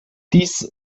dies